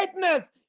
greatness